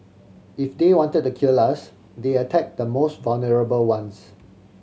if they wanted to kill us they attack the most vulnerable ones